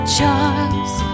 Charles